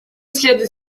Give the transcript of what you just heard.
следует